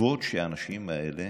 הכבוד שהאנשים האלה